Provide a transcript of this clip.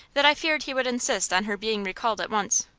that i feared he would insist on her being recalled at once.